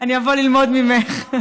אני אבוא ללמוד ממֵך.